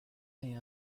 est